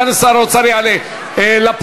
יעלה.